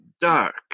dark